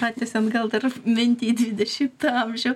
pratęsiant gal dar mintį į dvidešimtą amžių